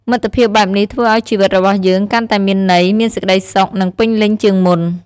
មិត្តភាពបែបនេះធ្វើឲ្យជីវិតរបស់យើងកាន់តែមានន័យ មានសេចក្តីសុខ និងពេញលេញជាងមុន។